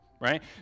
Right